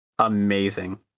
amazing